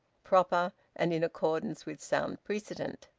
proper, and in accordance with sound precedent.